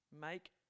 make